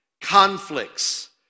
conflicts